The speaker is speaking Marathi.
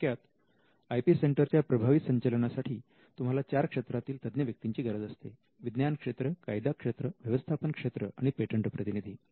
थोडक्यात आय पी सेंटरच्या प्रभावी संचलनासाठी तुम्हाला चार क्षेत्रातील तज्ञ व्यक्तींची गरज असते विज्ञान क्षेत्र कायदा क्षेत्र व्यवस्थापन क्षेत्र आणि पेटंट प्रतिनिधी